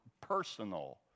personal